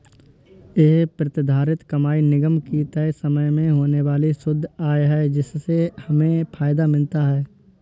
ये प्रतिधारित कमाई निगम की तय समय में होने वाली शुद्ध आय है जिससे हमें फायदा मिलता है